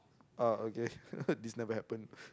ah okay this never happen